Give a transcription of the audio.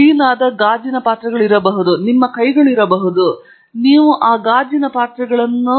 clean ಗಾಜಿನ ಪಾತ್ರೆಗಳು ಇರಬಹುದು ನಿಮ್ಮ ಕೈಗಳು ಇರಬಹುದು ನೀವು ಮಾಡಬಹುದಾದ ಕೆಲವು ವಿಭಿನ್ನ ವಿಷಯಗಳು